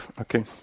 Okay